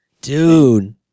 Dude